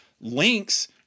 links